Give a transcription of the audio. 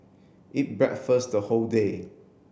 eat breakfast the whole day